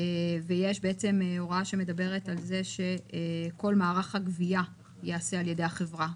ויש הוראה שמדברת על כך שכל מערך הגבייה ייעשה על ידי החברה,